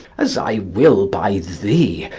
as i will by thee,